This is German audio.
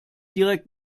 direkt